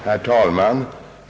Herr talman!